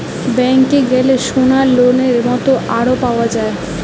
ব্যাংকে গ্যালে সোনার লোনের মত আরো পাওয়া যায়